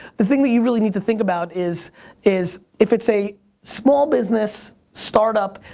the thing that you really need to think about is is if it's a small business, start up,